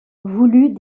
voulut